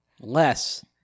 less